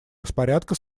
распорядка